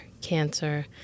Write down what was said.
cancer